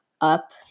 up